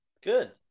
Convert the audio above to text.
Good